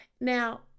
Now